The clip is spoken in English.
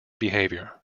behavior